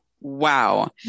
wow